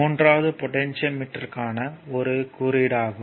மூன்றாவது போட்டேன்ட்ஷியோமீட்டருக்கான ஒரு குறியீடாகும்